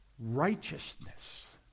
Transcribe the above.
righteousness